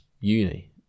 uni